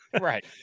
right